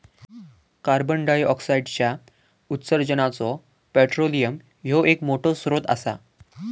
कार्बंडाईऑक्साईडच्या उत्सर्जानाचो पेट्रोलियम ह्यो एक मोठो स्त्रोत असा